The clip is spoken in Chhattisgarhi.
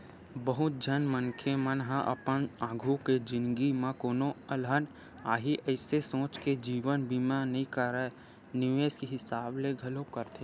बहुत झन मनखे मन ह अपन आघु के जिनगी म कोनो अलहन आही अइसने सोच के जीवन बीमा नइ कारय निवेस के हिसाब ले घलोक करथे